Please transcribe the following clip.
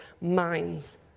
minds